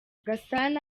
gasana